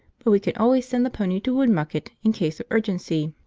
but we can always send the pony to woodmucket in case of urgency.